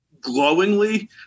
glowingly